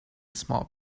small